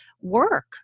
work